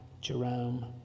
Jerome